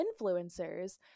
influencers